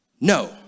no